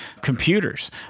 computers